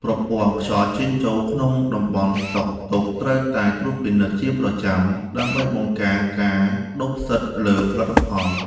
ប្រព័ន្ធខ្យល់ចេញចូលក្នុងតំបន់ស្តុកទុកត្រូវតែត្រួតពិនិត្យជាប្រចាំ ដើម្បីបង្ការការដុះផ្សិតលើផលិតផល។